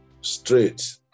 straight